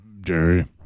Jerry